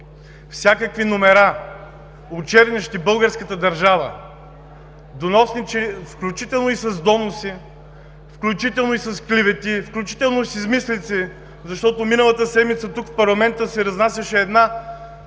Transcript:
всякакви номера, очернящи българската държава – включително и с доноси, включително и с клевети, включително и с измислици, защото миналата седмица тук, в парламента, се разнасяше един